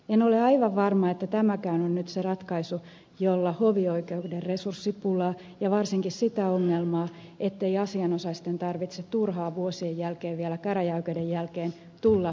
en ole aivan varma että tämäkään on nyt se ratkaisu jolla hovioikeuden resurssipulaa ja varsinkaan sitä ongelmaa poistetaan ettei asianomaisten tarvitse turhaan vuosien jälkeen vielä käräjäoikeuden jälkeen tulla hovioikeuteen